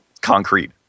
Concrete